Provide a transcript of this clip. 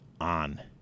on